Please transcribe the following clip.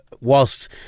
whilst